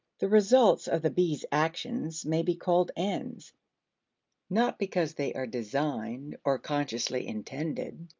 the results of the bees' actions may be called ends not because they are designed or consciously intended,